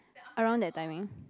around that timing